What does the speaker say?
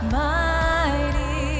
mighty